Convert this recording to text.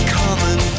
common